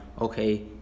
okay